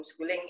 homeschooling